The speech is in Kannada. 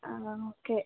ಹಾಂ ಓಕೆ